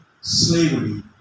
slavery